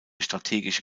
strategische